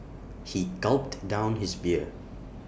he gulped down his beer